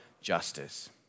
justice